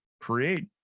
create